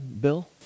Bill